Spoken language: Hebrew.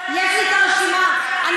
יש לי, צורת המחשבה שלך לא נכונה בכלל.